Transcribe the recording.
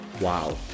Wow